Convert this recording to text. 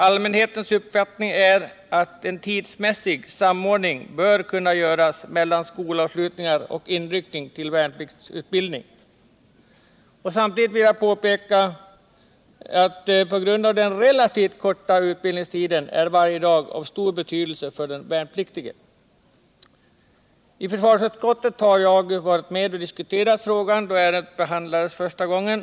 Allmänhetens uppfattning är att det bör kunna göras en tidsmässig samordning av skolavslutningen och inryckningen till värnpliktsutbildning. Samtidigt vill jag påpeka att på grund av den relativt korta utbildningstiden är varje dag av stor betydelse för den värnpliktige. I försvarsutskottet var jag med och diskuterade frågan då ärendet behandlades första gången.